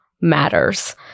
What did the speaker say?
matters